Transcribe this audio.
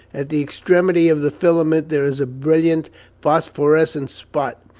at the extremity of the filament there is a brilliant phosphorescent spot.